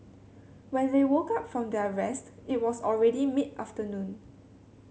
when they woke up from their rest it was already mid afternoon